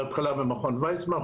בהתחלה במכון ויצמן,